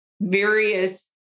various